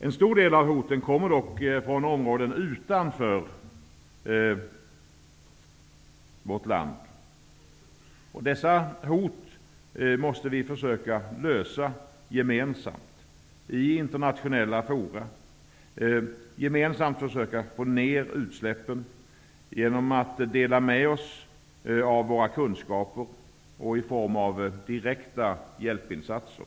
En stor del av hoten kommer dock från områden utanför vårt land. När det gäller dessa hot måste vi gemensamt i internationella forum försöka finna en lösning. Vi måste gemensamt försöka minska utsläppen genom att dela med oss av våra kunskaper och i form av direkta hjälpinsatser.